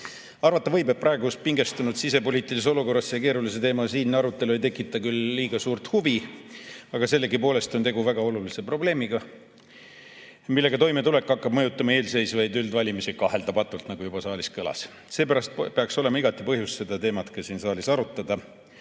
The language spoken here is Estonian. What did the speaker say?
Arvata võib, et praeguses pingestunud sisepoliitilises olukorras see keerulise teema siinne arutelu ei tekita küll kuigi suurt huvi, aga tegu on sellegipoolest väga olulise probleemiga, millega toimetulek hakkab mõjutama eelseisvaid üldvalimisi kaheldamatult, nagu juba saalis kõlas. Seepärast peaks olema igati põhjust seda teemat ka siin saalis arutada.